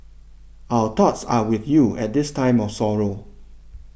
our thoughts are with you at this time of sorrow